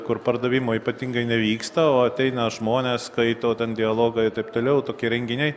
kur pardavimo ypatingai nevyksta o ateina žmonės skaito ten dialogą taip toliau tokie renginiai